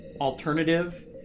alternative